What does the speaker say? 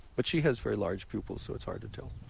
but she has very large pupils so it's hard to tell.